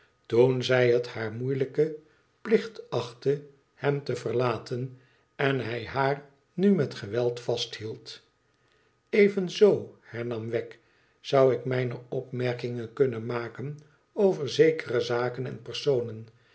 toen zij het haar moeilijken plicht achtte hem te verlaten en hij haar nu met geweld vasthield evenzoo hernam wegg zou ik mijne opmerkingen kunnen maken over zekere zaken en personen